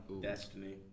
Destiny